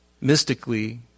mystically